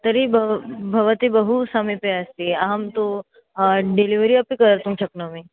तर्हि भव भवती बहु समीपे अस्ति अहं तु डेलिवरि अपि कर्तुं शक्नोमि